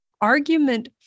argument